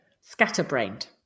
Scatterbrained